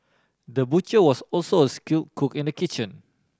the butcher was also a skilled cook in the kitchen